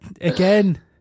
again